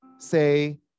say